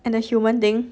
and the human thing